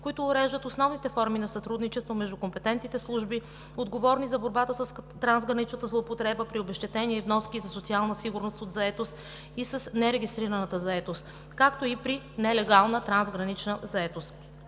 които уреждат основните форми на сътрудничество между компетентните служби, отговорни за борбата с трансграничната злоупотреба при обезщетение и вноски за социална сигурност от заетост и с нерегистрираната заетост, както и при нелегална трансгранична заетост.